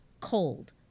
cold